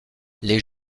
les